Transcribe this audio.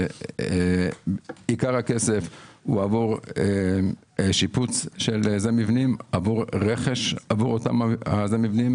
עיקר הכסף הוא עבור שיפוץ של מבנים, רכש ותחזוקות